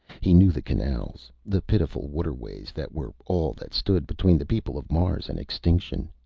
he knew the canals, the pitiful waterways that were all that stood between the people of mars and extinction.